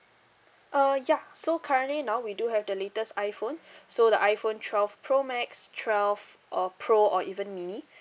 uh ya so currently now we do have the latest iphone so the iphone twelve pro max twelve or pro or even mini